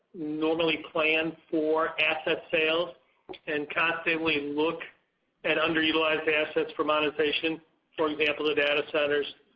normally, plans for asset sale and constantly look at underutilized assets for monetization for example, the data centers,